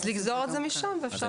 אז לגזור את זה משם ולהכניס את זה לפה.